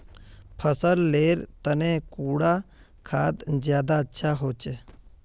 फसल लेर तने कुंडा खाद ज्यादा अच्छा होचे?